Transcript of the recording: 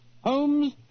Holmes